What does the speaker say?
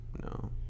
no